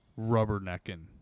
rubbernecking